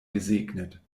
gesegnet